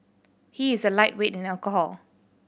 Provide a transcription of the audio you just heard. he is a lightweight in alcohol